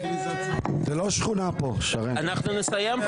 כדי לייצר את הפיליבסטר הזה אנחנו צריכים לעבוד